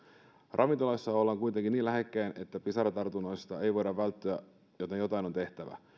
ravintolassa ollaan kuitenkin niin lähekkäin että pisaratartunnoilta ei voida välttyä joten jotain on tehtävä